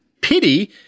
pity